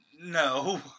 No